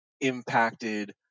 impacted